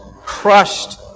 crushed